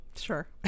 sure